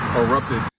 erupted